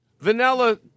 vanilla